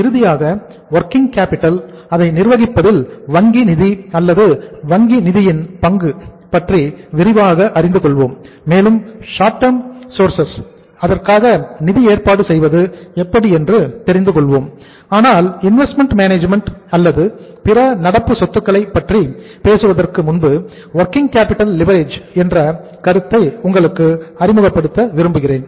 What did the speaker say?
இறுதியாக working capital என்ற கருத்தை உங்களுக்கு அறிமுகப்படுத்த விரும்புகிறேன்